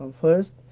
first